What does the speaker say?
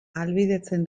ahalbidetzen